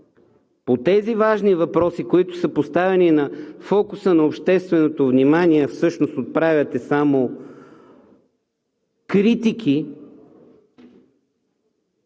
по тези важни въпроси, които са поставени във фокуса на общественото внимание, а отправяте само критики,